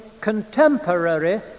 contemporary